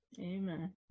Amen